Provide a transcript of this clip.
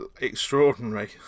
extraordinary